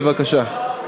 בבקשה.